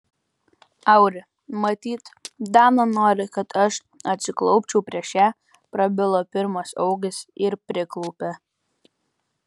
auri matyt dana nori kad aš atsiklaupčiau prieš ją prabilo pirmas augis ir priklaupė